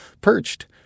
perched